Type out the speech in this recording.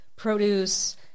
Produce